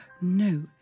No